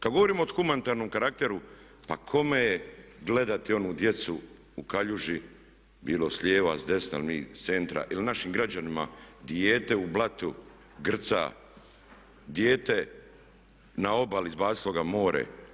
Kad govorimo o humanitarnom karakteru pa kome je gledati onu djecu u kaljuži bilo s lijeva, s desna, s centra ili našim građanima dijete u blatu grca, dijete na obali izbacilo ga more?